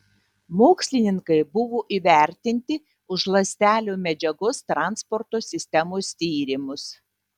mokslininkai buvo įvertinti už ląstelių medžiagos transporto sistemos tyrimus